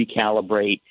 recalibrate